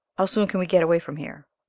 how soon can we get away from here?